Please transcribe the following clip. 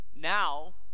Now